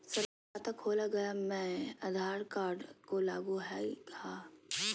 Sir खाता खोला गया मैं आधार कार्ड को लागू है हां?